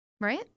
Right